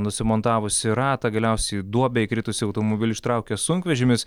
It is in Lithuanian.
nusimontavusį ratą galiausiai į duobę įkritusį automobilį ištraukė sunkvežimis